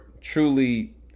truly